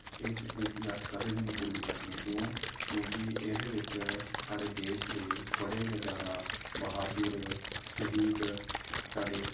इस तरीके अस कदे बी निं भुल्ली सकने क्यूं क्युंकी एह्दे बिच साढ़े देश दे बड़े गे जैदा बहादुर शहिद साढ़े